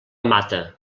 mata